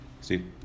See